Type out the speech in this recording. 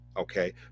okay